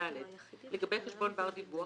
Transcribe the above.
לגבי חשבון בר דיווח,